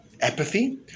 apathy